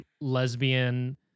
lesbian